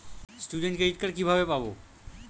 Student credit card কিভাবে পাব?